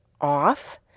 off